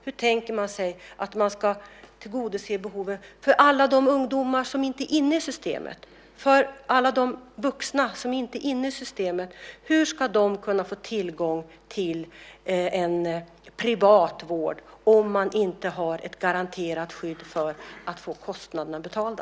Hur tänker man sig att man ska tillgodose behoven för alla de ungdomar och alla de vuxna som inte är inne i systemet? Hur ska de kunna få tillgång till en privat vård om man inte har ett garanterat skydd som innebär att kostnaderna blir betalda?